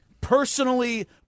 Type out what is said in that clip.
Personally